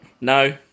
No